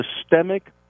systemic